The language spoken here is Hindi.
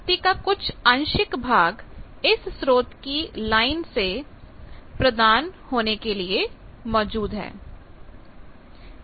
शक्ति का कुछआंशिक भाग इस स्रोत की लाइन से प्रदान होने के लिए मौजूद है